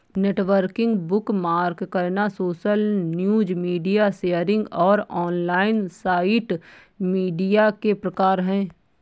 networking, bookmark करना, social news, media sharing और online site media के प्रकार हैं